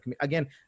again